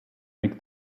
make